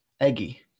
Eggie